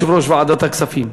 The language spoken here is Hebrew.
יושב-ראש ועדת הכספים,